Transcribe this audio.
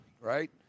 right